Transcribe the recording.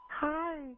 Hi